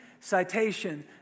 Citation